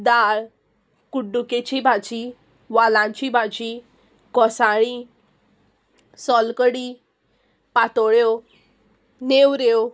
दाळ कुड्डुकेची भाजी वालांची भाजी गोंसाळीं सोलकडी पातोळ्यो नेवऱ्यो